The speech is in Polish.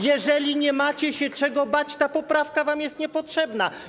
Jeżeli nie macie się czego bać, ta poprawka jest wam niepotrzebna.